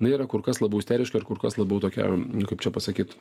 jinai yra kur kas labiau isteriška ir kur kas labiau tokia kaip čia pasakyt